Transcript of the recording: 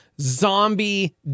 zombie